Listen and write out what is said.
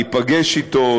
להיפגש אתו,